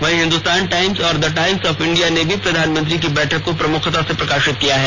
वहीं हिन्दुस्तान टाईम्स और the times of India ने भी प्रधानमंत्री की बैठक को प्रमुखता से प्रकाशित किया है